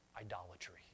idolatry